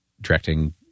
directing